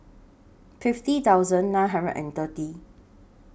fifty thousand nine hundred and thirty